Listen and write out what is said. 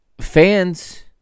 fans